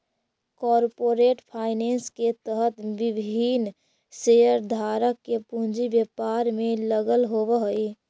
corporate finance के तहत विभिन्न शेयरधारक के पूंजी व्यापार में लगल होवऽ हइ